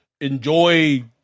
enjoy